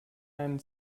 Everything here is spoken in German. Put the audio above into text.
einem